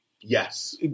Yes